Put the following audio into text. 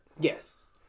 Yes